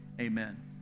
amen